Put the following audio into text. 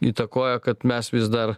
įtakoja kad mes vis dar